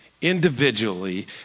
individually